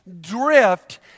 drift